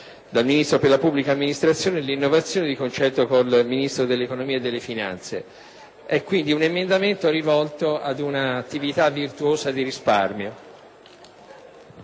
dal Ministro della pubblica amministrazione e l'innovazione, di concerto con il Ministro dell'economia delle finanze. Il 4.8 è quindi un emendamento rivolto ad una attività virtuosa di risparmio.